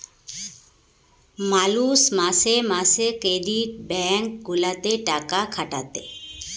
মালুষ মাসে মাসে ক্রেডিট ব্যাঙ্ক গুলাতে টাকা খাটাতে